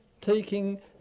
taking